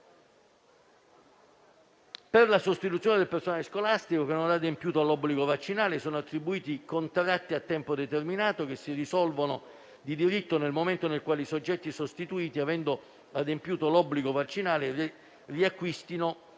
Per la sostituzione del personale scolastico che non ha adempiuto all'obbligo vaccinale sono attribuiti contratti a tempo determinato, che si risolvono di diritto nel momento nel quale i soggetti sostituiti, avendo adempiuto all'obbligo vaccinale, riacquistano